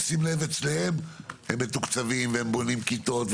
ושים לב אצלם הם מתוקצבים ובונים כיתות,